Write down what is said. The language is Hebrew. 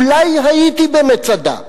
אולי הייתי במצדה,